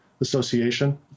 association